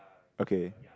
okay